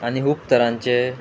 आनी हूब तरांचे